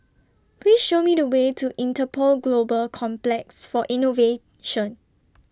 Please Show Me The Way to Interpol Global Complex For Innovation